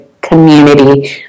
community